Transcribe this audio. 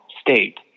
state